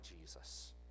Jesus